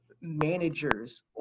managers